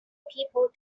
people